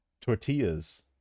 tortillas